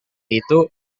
itu